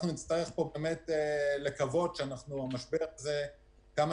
אנחנו רק צריכים לקוות שהמשבר הזה יסתיים כמה